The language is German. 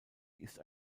ist